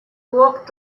work